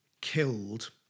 killed